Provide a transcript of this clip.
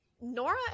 Nora